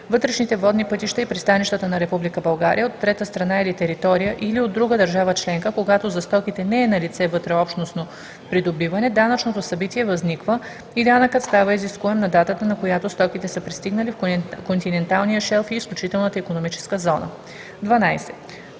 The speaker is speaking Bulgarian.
вътрешните водни пътища и пристанищата на Република България, от трета страна или територия, или от друга държава членка, когато за стоките не е налице вътреобщностно придобиване, данъчното събитие възниква и данъкът става изискуем на датата, на която стоките са пристигнали в континенталния шелф и изключителната икономическа зона.“